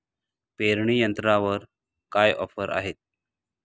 पेरणी यंत्रावर काय ऑफर आहे?